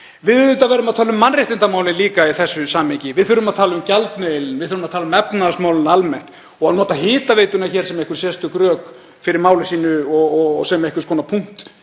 Við verðum að tala um mannréttindamál líka í þessu samhengi. Við þurfum að tala um gjaldmiðil. Við þurfum að tala um efnahagsmálin almennt og að nota hitaveituna hér sem einhver sérstök rök fyrir máli sínu og sem einhvers konar punkt